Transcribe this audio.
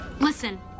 Listen